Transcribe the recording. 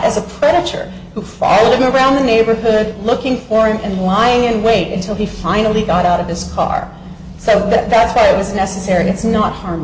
as a predator who followed him around the neighborhood looking for him and lying in wait until he finally got out of this car so that bad was necessary it's not harm